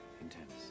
intense